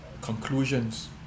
conclusions